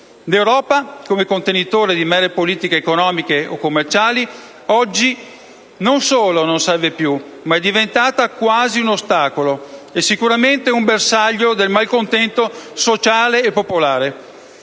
L'Europa, come contenitore di mere politiche economiche o commerciali, oggi non solo non serve più, ma è diventata quasi un ostacolo e sicuramente un bersaglio del malcontento sociale e popolare.